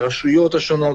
הרשויות השונות.